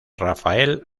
rafael